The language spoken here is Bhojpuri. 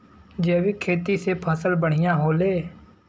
जैविक खेती से फसल बढ़िया होले